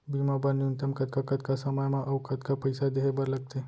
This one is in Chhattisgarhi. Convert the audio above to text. बीमा बर न्यूनतम कतका कतका समय मा अऊ कतका पइसा देहे बर लगथे